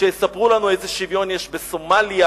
שיספרו לנו איזה שוויון יש בסומליה